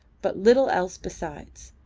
but little else besides.